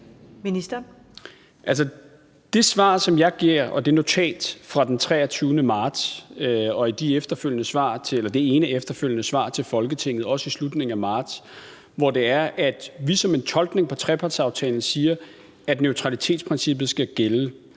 det svar, som jeg giver, og det notat fra den 23. marts og det ene efterfølgende svar til Folketinget i slutningen af marts, hvor vi som en tolkning på trepartsaftalen siger, at neutralitetsprincippet skal gælde,